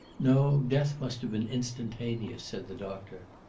no death must have been instantaneous, said the doctor.